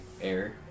air